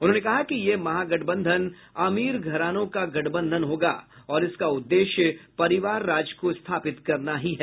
उन्होंने कहा कि यह महागठबंधन अमीर घरानों का गठबंधन होगा और इसका उद्देश्य परिवार राज को स्थापित करना ही है